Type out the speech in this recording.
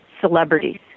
celebrities